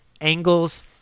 angles